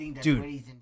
Dude